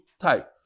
type